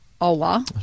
Ola